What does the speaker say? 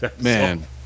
Man